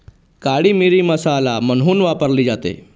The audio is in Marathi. काळी मिरी मसाला म्हणून वापरली जाते